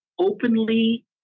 openly